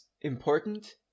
important